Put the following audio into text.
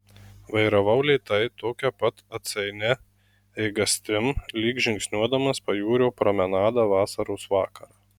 vairavau lėtai tokia pat atsainia eigastim lyg žingsniuodamas pajūrio promenada vasaros vakarą